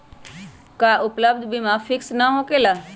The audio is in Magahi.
का उपलब्ध बीमा फिक्स न होकेला?